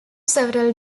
several